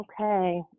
okay